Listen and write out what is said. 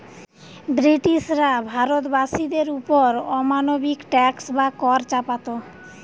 ব্রিটিশরা ভারতবাসীদের ওপর অমানবিক ট্যাক্স বা কর চাপাত